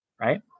right